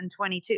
2022